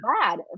bad